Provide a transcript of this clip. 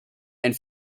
and